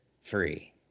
free